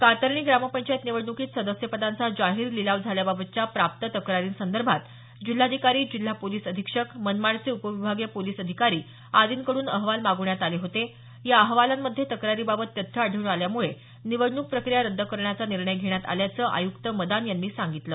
कातरणी ग्रामपंचायत निवडणुकीत सदस्यपदांचा जाहीर लिलाव झाल्याबाबतच्या प्राप्त तक्रारीसंदर्भात जिल्हाधिकारी जिल्हा पोलीस अधीक्षक मनमाडचे उपविभागीय पोलीस अधिकारी आर्दींकडून अहवाल मागवण्यात आले होते या अहवालांमध्ये तक्रारीबाबत तथ्य आढळून आल्यामुळे निवडणूक प्रक्रिया रद्द करण्याचा निर्णय घेण्यात आल्याचं आयुक्त मदान यांनी सांगितलं